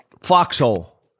Foxhole